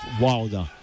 Wilder